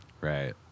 Right